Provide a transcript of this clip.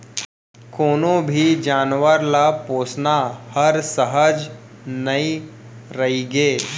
कोनों भी जानवर ल पोसना हर सहज नइ रइगे